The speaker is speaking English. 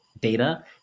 data